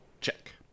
check